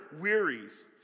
wearies